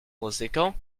conséquent